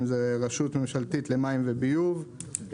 אם זה רשות ממשלתית למים וביוב,